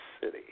City